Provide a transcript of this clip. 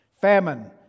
Famine